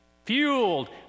Fueled